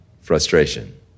frustration